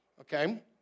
Okay